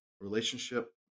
relationship